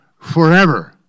forever